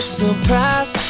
surprise